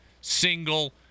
single